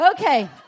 Okay